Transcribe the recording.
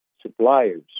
suppliers